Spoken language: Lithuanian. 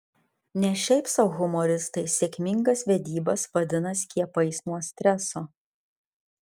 ne šiaip sau humoristai sėkmingas vedybas vadina skiepais nuo streso